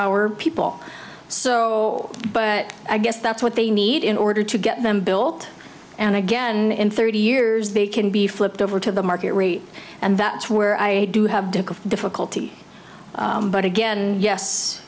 our people so but i guess that's what they need in order to get them built and again in thirty years they can be flipped over to the market rate and that's where i do have dick of difficulty but again yes